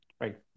Right